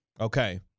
Okay